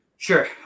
sure